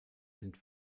sind